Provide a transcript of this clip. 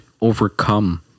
overcome